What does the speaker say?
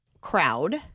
crowd